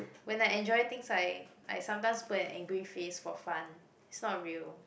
when I enjoy things I I sometimes put an angry face for fun it's not real